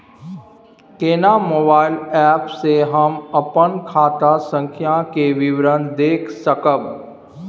केना mobile app से हम अपन खाता संख्या के विवरण देख सकब?